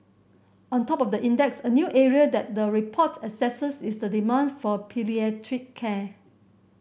on top of the index a new area that the report assesses is the demand for palliative care